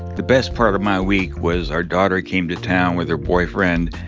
the best part of my week was our daughter came to town with her boyfriend.